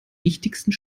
wichtigsten